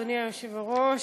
אדוני היושב-ראש,